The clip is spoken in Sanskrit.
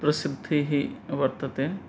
प्रसिद्धिः वर्तते